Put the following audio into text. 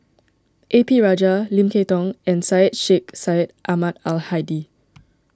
A P Rajah Lim Kay Tong and Syed Sheikh Syed Ahmad Al Hadi